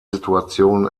situationen